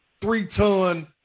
three-ton